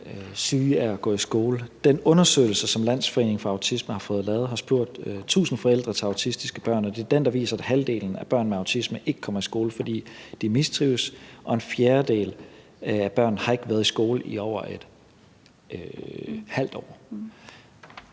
syge af at gå i skole. Den undersøgelse, som Landsforeningen Autisme har fået lavet, har spurgt 1.000 forældre til autistiske børn, og det er den, der viser, at halvdelen af børn med autisme ikke kommer i skole, fordi de mistrives, og at en fjerdedel af børnene ikke har været i skole i over et halvt år.